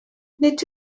nid